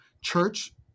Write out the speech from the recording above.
church